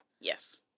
Yes